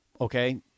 okay